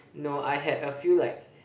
no I had a few like